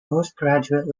postgraduate